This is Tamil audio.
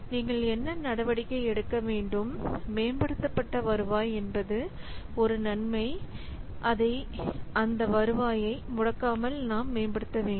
நீங்கள் என்ன நடவடிக்கை எடுக்க வேண்டும் மேம்படுத்தப்பட்ட வருவாய் என்பது ஒரு நன்மை அந்த வருவாயை முடக்காமல் நாம் மேம்படுத்த வேண்டும்